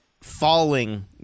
falling